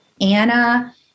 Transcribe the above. anna